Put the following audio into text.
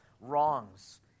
wrongs